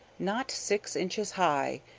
not six inches high,